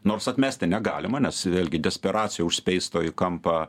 nors atmesti negalima nes vėlgi desperacija užspeisto į kampą